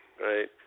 Right